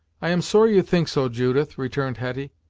i am sorry you think so, judith, returned hetty,